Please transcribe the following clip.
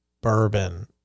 bourbon